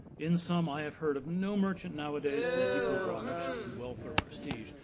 in some i have heard of no merchant nowadays who is equal ramisht in wealth or prestige.